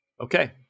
Okay